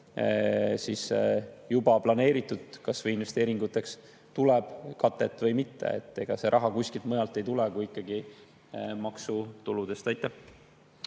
juba planeeritud kas või investeeringutele tuleb katet või mitte. Ega see raha kuskilt mujalt ei tule kui ikkagi maksutuludest. Hea